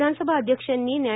विधानसभा अध्यक्षांनी न्या